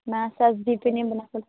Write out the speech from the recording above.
মাছ চাছ ধুই পিনে বনাই